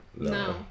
no